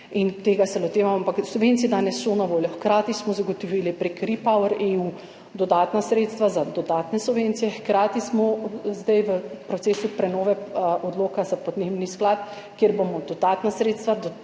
tega se lotevamo, ampak subvencije danes so na voljo. Hkrati smo zagotovili prek REPowerEU dodatna sredstva za dodatne subvencije. Hkrati smo zdaj v procesu prenove Odloka za podnebni sklad, kjer bomo dodatna sredstva,